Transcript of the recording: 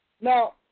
Now